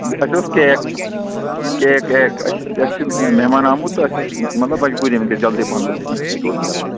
بیٚیہِ اَسہِ اوس کیک کیک کیک اَسہِ چھِ اَسہِ چھِ مہمان آمُت تہٕ اَسہِ اوس مطلب مَجبوٗری ؤنکٮ۪س جلدی پَہم گوٚژھ اَسہِ ژوٚٹ میلٕنۍ